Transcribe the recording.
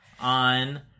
on